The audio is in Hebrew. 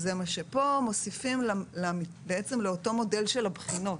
מוסיפים לאותו מודל של הבחינות